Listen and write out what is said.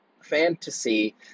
fantasy